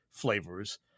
flavors